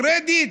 קרדיט,